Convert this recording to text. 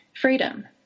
freedom